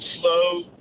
slow